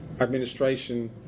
administration